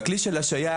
והכלי של השעיה,